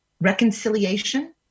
reconciliation